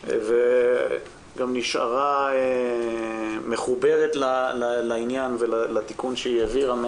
והיא נשארה מחוברת לעניין ולתיקון שהיא העבירה.